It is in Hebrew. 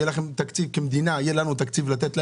יהיה לנו תקציב, כמדינה, לתת להם,